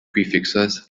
prefixes